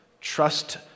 Trust